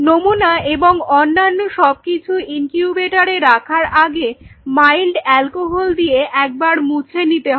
নমুনা এবং অন্যান্য সবকিছু ইনকিউবেটরে রাখার আগে মাইল্ড অ্যালকোহল দিয়ে একবার মুছে নিতে হবে